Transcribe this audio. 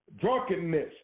drunkenness